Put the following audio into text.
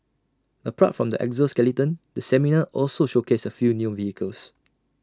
apart from the exoskeleton the seminar also showcased A few new vehicles